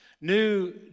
new